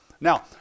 now